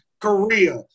Korea